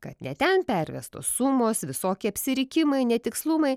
kad ne ten pervestos sumos visokie apsirikimai netikslumai